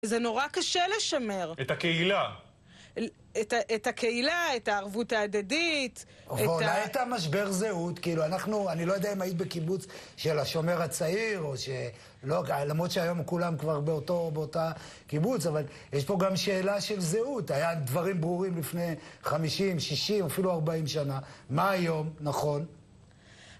זה נורא קשה לשמר. את הקהילה? את הקהילה, את הערבות ההדדית. אולי הייתה משבר זהות, אני לא יודע אם היית בקיבוץ של השומר הצעיר, למרות שהיום כולם כבר באותה קיבוץ, אבל יש פה גם שאלה של זהות. היה דברים ברורים לפני 50, 60, אפילו 40 שנה. מה היום נכון?